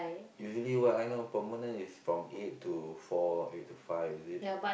usually what I know permanent is from eight to four eight to five is it